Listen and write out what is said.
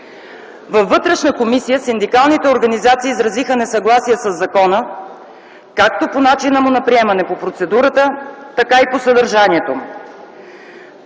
Във Вътрешната комисия синдикалните организации изразиха несъгласие със закона както по начина му на приемане – по процедурата, така и по съдържанието